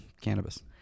cannabis